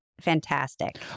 fantastic